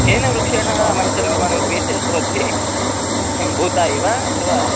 केन वृक्षाणां मञ्चनिर्माणं क्रियते भवद्भि किं भूतायि वा अथवा